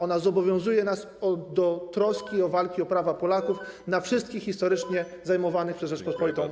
Ona zobowiązuje nas do troski i walki o prawa Polaków na wszystkich ziemiach historycznie zajmowanych przez Rzeczpospolitą.